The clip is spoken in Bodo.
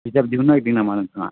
बिजाब दिहुननो नागिरदों नामा नोंथाङा